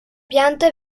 pianta